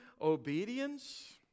obedience